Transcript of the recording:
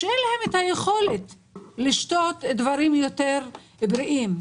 שאין להם את היכולת לשתות דברים יותר בריאים.